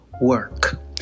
work